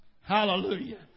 Hallelujah